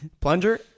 plunger